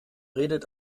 redet